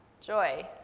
Joy